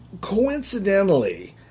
coincidentally